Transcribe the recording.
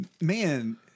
man